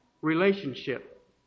relationship